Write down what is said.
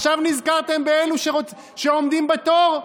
עכשיו נזכרתם באלו שעומדים בתור?